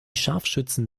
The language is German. scharfschützen